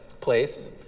place